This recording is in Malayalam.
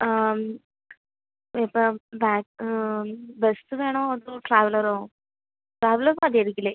ആ ഇപ്പോൾ ബാക്ക് ആ ബസ്സ് വേണോ അതോ ട്രാവലറോ ട്രാവലറ് മതി ആയിരിക്കില്ലേ